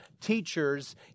teachers